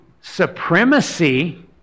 supremacy